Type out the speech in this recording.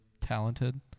talented